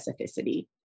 specificity